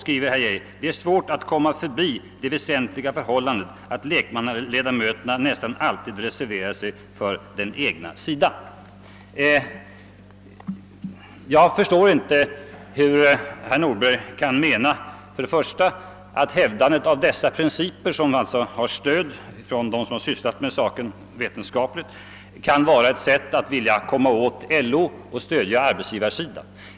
Det heter där: »Det är svårt att komma förbi det väsentliga förhållandet att lekmannaledamöterna nästan alltid reserverar sig för den egna sidan.» Jag förstår inte hur herr Nordberg kan mena att hävdandet av dessa principer, som alltså också har stöd från dem som vetenskapligt sysslat med frågan, kan vara ett sätt att försöka komma åt LO och stödja arbetsgivarsidan.